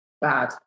bad